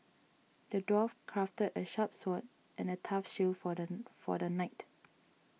the dwarf crafted a sharp sword and a tough shield for the knight